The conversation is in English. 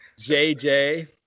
JJ